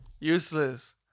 Useless